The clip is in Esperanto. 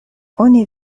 oni